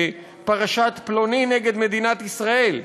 בפרשת פלוני נגד מדינת ישראל.